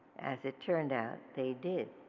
as it turned out they did.